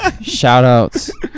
Shout-outs